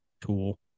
tool